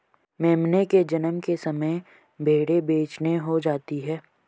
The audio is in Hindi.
मेमने के जन्म के समय भेड़ें बेचैन हो जाती हैं